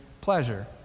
pleasure